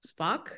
Spock